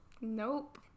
nope